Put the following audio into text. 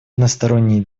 односторонние